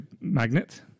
magnet